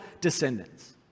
descendants